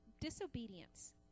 disobedience